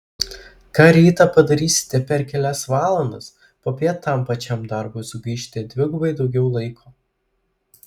ką rytą padarysite per kelias valandas popiet tam pačiam darbui sugaišite dvigubai daugiau laiko